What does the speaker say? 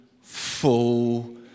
full